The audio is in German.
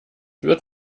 wird